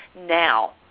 now